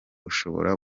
ushobora